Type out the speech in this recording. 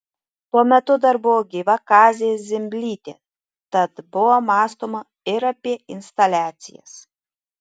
tuo metu dar buvo gyva kazė zimblytė tad buvo mąstoma ir apie instaliacijas